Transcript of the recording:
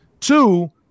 Two